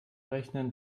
rechnen